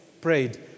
prayed